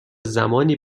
زمانی